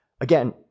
Again